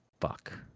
Fuck